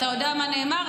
אתה יודע מה נאמר,